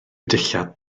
dillad